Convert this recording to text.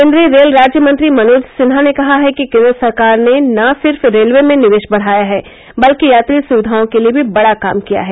केन्द्रीय रेल राज्य मंत्री मनोज सिन्हा ने कहा है कि केन्द्र सरकार ने न सिर्फ रेलवे में निवेश बढ़ाया है बल्कि यात्री सुविधाओं के लिये भी बड़ा काम किया है